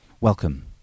Welcome